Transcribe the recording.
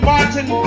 Martin